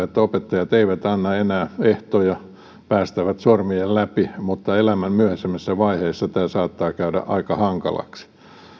että opettajat eivät anna enää ehtoja päästävät sormien läpi mutta elämän myöhäisemmässä vaiheessa tämä saattaa käydä aika hankalaksi